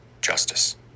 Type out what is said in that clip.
justice